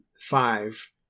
five